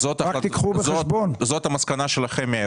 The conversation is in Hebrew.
זאת המסקנה שלכם מהאירוע הזה?